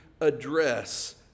address